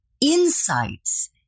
insights